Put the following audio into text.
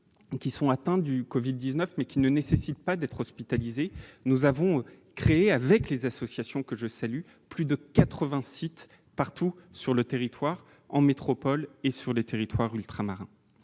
qui sont atteints du Covid-19 mais qui n'ont pas besoin d'être hospitalisés, nous avons créé, avec les associations, que je salue, plus de 80 sites partout sur le territoire, en métropole et dans les outre-mer.